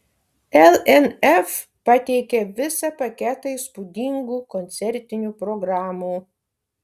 lnf pateikė visą paketą įspūdingų koncertinių programų